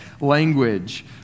language